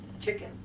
Chicken